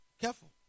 Careful